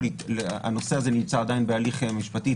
הנושא הזה נמצא עדיין בהליך משפטי,